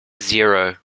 zero